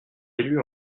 élus